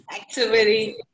activity